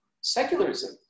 secularism